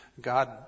God